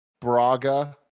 Braga